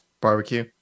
barbecue